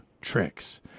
tricks